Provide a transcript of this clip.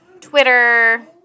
Twitter